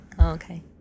Okay